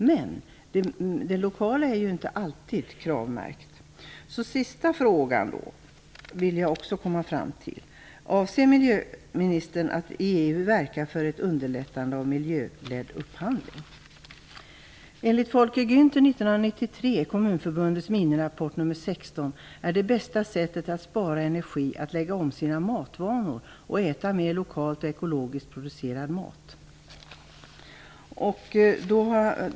Men de lokala produkterna är inte alltid KRAV-märkta. Så till en sista fråga. Avser miljöministern att i EU verka för ett underlättande av miljöledd upphandling? Enligt Folke Günther - 1993 Kommunförbundets minirapport nr 16 - är det bästa sättet att spara energi att lägga om sina matvanor och äta mera lokalt och ekologiskt producerad mat.